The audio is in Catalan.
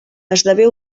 esdevé